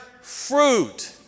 fruit